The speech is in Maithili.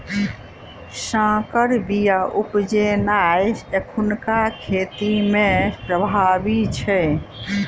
सँकर बीया उपजेनाइ एखुनका खेती मे प्रभावी छै